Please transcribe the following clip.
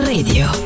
Radio